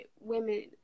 women